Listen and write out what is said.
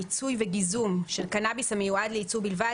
מימי וגיזום של קנאביס המיועד לייצוא בלבד